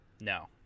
No